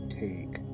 take